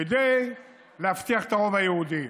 כדי להבטיח את הרוב היהודי.